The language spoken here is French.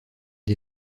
des